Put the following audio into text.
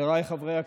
חבריי חברי הכנסת,